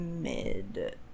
mid